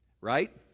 Right